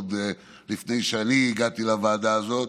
עוד לפני שאני הגעתי לוועדה הזאת,